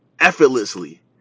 effortlessly